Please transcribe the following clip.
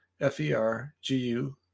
f-e-r-g-u